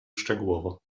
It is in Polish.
szczegółowo